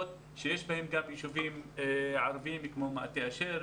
שיש בהן גם ישובים ערביים כמו מטה אשר,